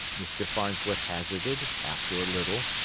mr. farnsworth hazarded, after a little,